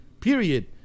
Period